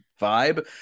vibe